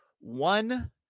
one